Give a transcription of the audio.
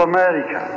America